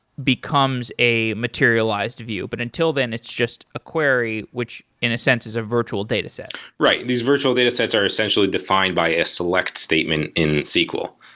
becomes a materialized view. but until then, it's just a query, which in a sense is a virtual data. right. these virtual datasets are essentially defined by a select statement in sql.